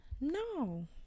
no